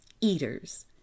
eaters